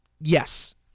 Yes